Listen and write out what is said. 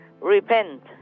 repent